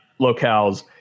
locales